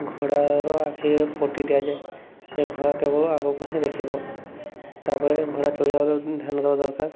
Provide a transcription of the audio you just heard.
ଘୋଡ଼ାର ଆଖିରେ ପଟି ଦିଆଯାଏ ଯେ ଘୋଡ଼ା କେବଳ ଆଗକୁ ହିଁ ଦେଖିବ ତା'ପରେ ଘୋଡ଼ା ଚଢ଼ିବା ବାଲା ଧ୍ୟାନ ଦେବା ଦରକାର